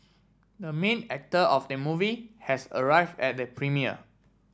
the main actor of the movie has arrive at the premiere